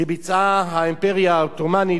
שביצעה האימפריה העות'מאנית במהלך